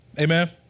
Amen